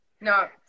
No